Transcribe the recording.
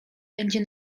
będzie